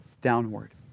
downward